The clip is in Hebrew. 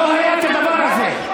לא היה כדבר הזה.